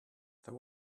there